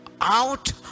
out